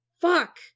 Fuck